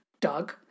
Doug